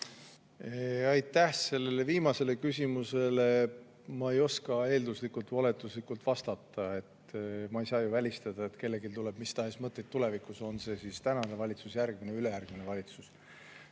Aitäh! Sellele viimasele küsimusele ma ei oska eelduslikult või oletuslikult vastata. Ma ei saa ju välistada, et kellelgi tuleb mis tahes mõtteid tulevikus, on see siis tänane valitsus, järgmine või ülejärgmine valitsus.